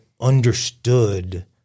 understood